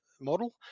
model